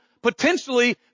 Potentially